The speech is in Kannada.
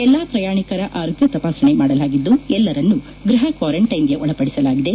ಎಲ್ಲಾ ಪ್ರಯಾಣಿಕರ ಆರೋಗ್ಯ ತಪಾಸಣೆ ಮಾಡಲಾಗಿದ್ದು ಎಲ್ಲರನ್ನೂ ಗೃಹ ಕ್ವಾರೆಂಟೈನ್ ಗೆ ಒಳಪಡಿಸಲಾಗಿದೆ